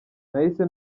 nahise